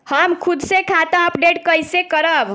हम खुद से खाता अपडेट कइसे करब?